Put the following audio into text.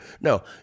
No